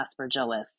aspergillus